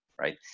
right